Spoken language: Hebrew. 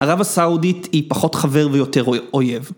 ערב הסעודית היא פחות חבר ויותר אויב.